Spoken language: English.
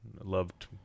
loved